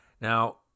Now